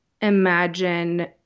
imagine